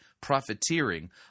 profiteering